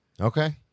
Okay